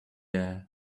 air